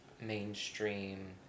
mainstream